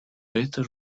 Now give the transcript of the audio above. better